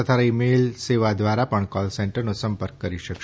તથા ઇમેલ સેવા દ્વારા પણ કોલ સેન્ટરનો સંપર્ક કરી શકશે